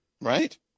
Right